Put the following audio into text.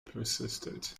persisted